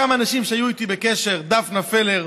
כמה אנשים שהיו איתי בקשר: דפנה פלר,